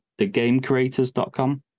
thegamecreators.com